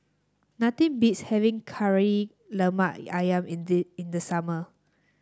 nothing beats having Kari Lemak ayam in the in the summer